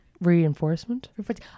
reinforcement